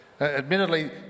Admittedly